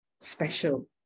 special